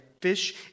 fish